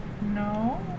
no